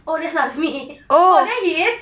oh that's azmi oh there he is